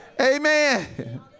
Amen